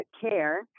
care